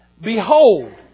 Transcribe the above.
Behold